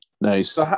Nice